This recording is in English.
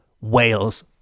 Wales